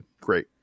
great